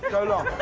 go long,